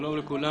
שלום לכולם.